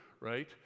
right